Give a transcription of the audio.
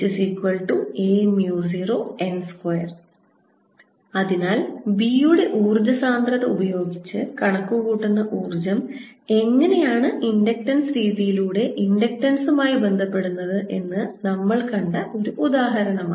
a n 0IIa0n2 അതിനാൽ b യുടെ ഊർജ്ജ സാന്ദ്രത ഉപയോഗിച്ച് കണക്കുകൂട്ടുന്ന ഊർജ്ജം എങ്ങനെയാണ് ഇൻഡക്റ്റൻസ് രീതിയിലൂടെ ഇൻഡക്റ്റൻസുമായി ബന്ധപ്പെടുന്നത് എന്ന് നമ്മൾ കണ്ട ഒരു ഉദാഹരണമാണ്